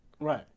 Right